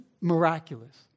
miraculous